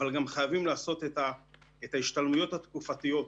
אבל גם חייבים לעשות את ההשתלמויות התקופתיות,